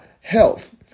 health